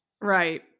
Right